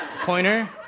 Pointer